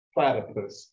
Platypus